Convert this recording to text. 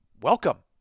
welcome